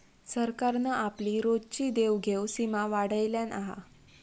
सरकारान आपली रोजची देवघेव सीमा वाढयल्यान हा